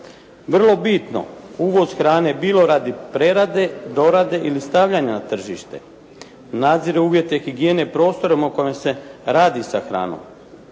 Vrlo bitno, uvoz hrane bilo radi prerade, dorade ili stavljanja na tržište, nadzire uvjete higijene prostora u kojima se radi sa hranom.